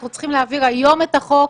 אנחנו צריכים להעביר היום את החוק.